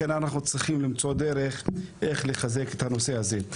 לכן אנחנו צריכים למצוא דרך לחזק את הנושא הזה.